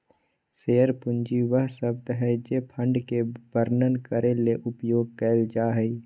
share पूंजी वह शब्द हइ जे फंड के वर्णन करे ले उपयोग कइल जा हइ